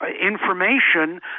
information